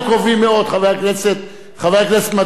חבר הכנסת מגלי והבה.